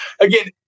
again